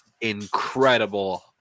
incredible